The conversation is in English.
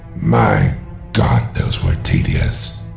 my god those were tedious!